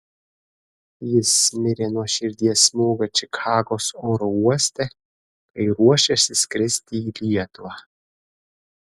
jis mirė nuo širdies smūgio čikagos oro uoste kai ruošėsi skristi į lietuvą